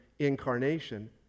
incarnation